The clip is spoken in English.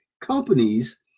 companies